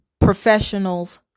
professional's